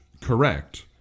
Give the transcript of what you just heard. correct